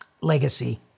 legacy